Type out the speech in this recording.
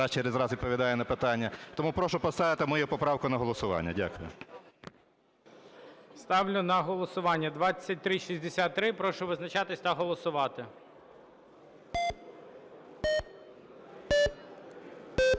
раз через раз відповідає на питання. Тому прошу поставити мою поправку на голосування. Дякую. ГОЛОВУЮЧИЙ. Ставлю на голосування 2363. Прошу визначатися та голосувати.